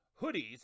hoodies